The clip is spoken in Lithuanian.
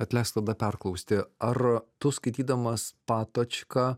bet leisk tada perklausti ar tu skaitydamas patočką